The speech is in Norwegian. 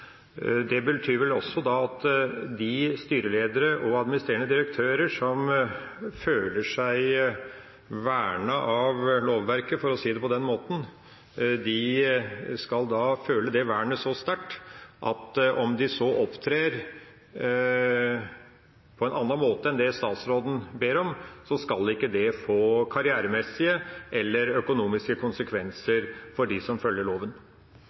oppfordring vil helt klart være at lovverket skal følges på dette punktet. Jeg takker for svaret, at en skal følge lovverket. Det betyr vel også da at de styreledere og administrerende direktører som føler seg vernet av lovverket, for å si det på den måten, skal føle det vernet så sterkt at om de så opptrer på en annen måte enn det statsråden ber om, skal ikke det få karrieremessige eller